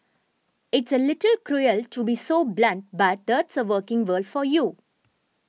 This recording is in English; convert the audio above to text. it's a little cruel to be so blunt but that's the working world for you